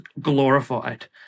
glorified